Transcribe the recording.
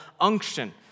unction